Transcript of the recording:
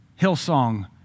Hillsong